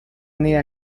unida